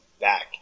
back